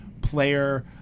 player